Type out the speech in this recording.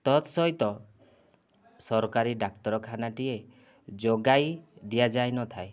ତତ୍ ସହିତ ସରକାରୀ ଡାକ୍ତରଖାନାଟିଏ ଯୋଗାଇ ଦିଆଯାଇ ନଥାଏ